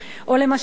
או למשל,